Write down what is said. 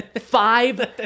five